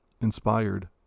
inspired